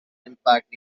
impact